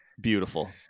beautiful